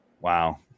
Wow